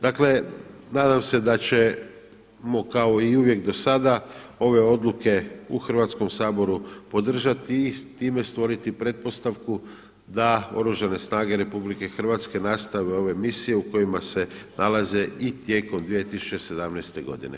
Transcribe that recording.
Dakle, nadam se da ćemo kao i uvijek do sada ove odluke u Hrvatskom saboru podržati i s time stvoriti pretpostavku da Oružane snage RH nastave ove misije u kojima se nalaze i tijekom 2017. godine.